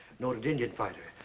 noted indian fighter.